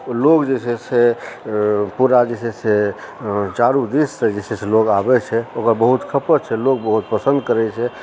आओर लोग जे छै से पूरा जे छै से चारू दिश से जे छै से लोग अबै छै ओकर बहुत खपत छै लोग बहुत पसन्द करै छै